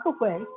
away